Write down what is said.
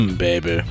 baby